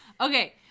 Okay